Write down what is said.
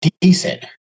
decent